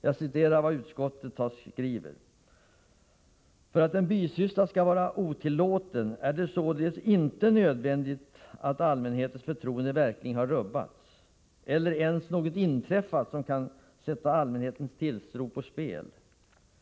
Jag citerar vad utskottet skriver: ”För att en viss bisyssla skall vara otillåten är det således inte nödvändigt att allmänhetens förtroende verkligen har rubbats eller ens att något inträffat som kan sätta allmänhetens tilltro på spel.